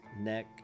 neck